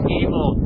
evil